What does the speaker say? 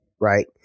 right